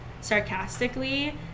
sarcastically